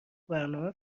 برنامه